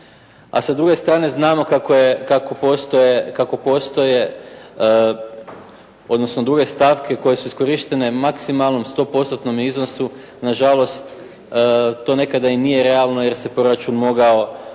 kako postoje, kako postoje odnosno druge stavke koje su iskorištene u maksimalnom, sto postotnome iznosu nažalost to nekada i nije realno jer se proračun mogao